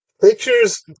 Pictures